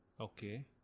Okay